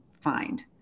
find